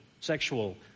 sexual